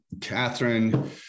Catherine